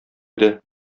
иде